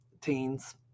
Teens